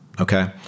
Okay